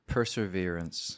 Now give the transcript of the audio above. Perseverance